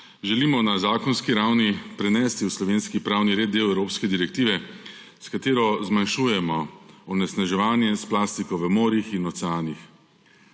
želimo na zakonski ravni prenesti v slovenki pravni red del evropske direktive, s katero zmanjšujemo onesnaževanje s plastiko v morjih in oceanih.